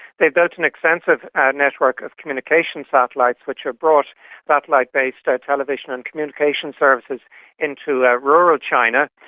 they built an extensive network of communication satellites which have brought satellite-based television and communication services into ah rural china.